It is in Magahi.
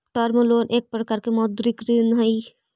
टर्म लोन एक प्रकार के मौदृक ऋण हई